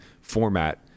format